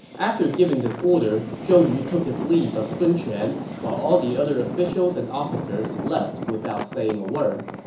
after giving this order, zhou yu took his leave of sun quan, while all the other officials and officers left without saying a word.